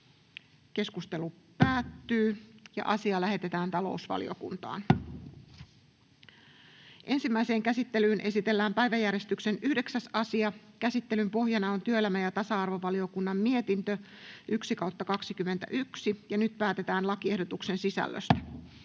silmien eteen ja hyvin äkkiä. — Ei muuta. Ensimmäiseen käsittelyyn esitellään päiväjärjestyksen 9. asia. Käsittelyn pohjana on työelämä- ja tasa-arvovaliokunnan mietintö TyVM 1/2021 vp. Nyt päätetään lakiehdotuksen sisällöstä.